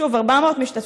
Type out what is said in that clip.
שוב: 400 משתתפים.